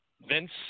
Vince